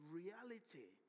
reality